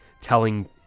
Telling